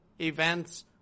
events